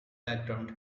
background